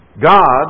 God